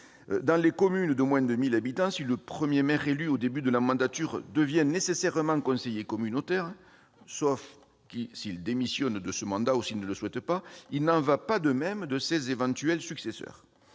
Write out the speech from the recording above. Dans les communes de moins de 1 000 habitants, si le maire élu au début de la mandature devient nécessairement conseiller communautaire, sauf s'il ne le souhaite pas ou s'il démissionne de ce mandat, il n'en va pas de même de ses éventuels successeurs.